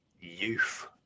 youth